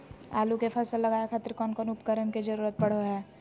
आलू के फसल लगावे खातिर कौन कौन उपकरण के जरूरत पढ़ो हाय?